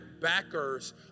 backers